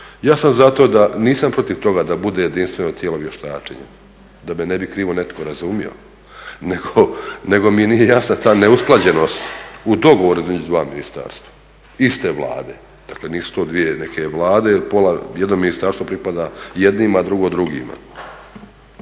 a drugi za. Nisam protiv toga da bude jedinstveno tijelo vještačenja, da me ne bi krivo netko razumio, nego mi nije jasna ta neusklađenost u dogovoru između dva ministarstva iste Vlade. Dakle nisu to dvije neke Vlade, pola jedno ministarstvo pripada jednima a drugo drugima.